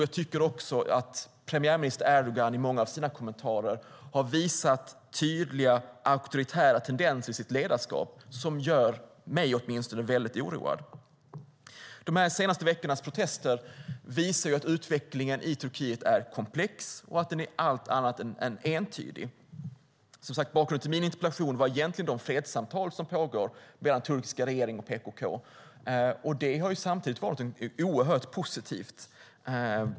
Jag tycker att premiärminister Erdogan i många av sina kommentarer har visat tydliga auktoritära tendenser i sitt ledarskap som gör åtminstone mig oroad. De senaste veckornas protester visar att utvecklingen i Turkiet är komplex och allt annat än entydig. Bakgrunden till min interpellation var egentligen de fredssamtal som pågår mellan den turkiska regeringen och PKK. Det har samtidigt varit oerhört positivt.